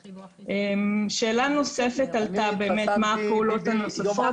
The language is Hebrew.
שאלה נוספת שעלתה היא מה הפעולות הנוספות